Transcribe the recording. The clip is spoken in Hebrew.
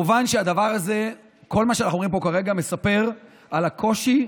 כל מה שאנחנו אומרים פה כרגע מספר על הקושי,